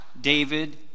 David